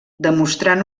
demostrant